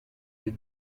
des